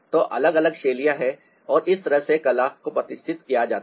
तो अलग अलग शैलियाँ हैं और इस तरह से कला को प्रतिष्ठित किया जाता है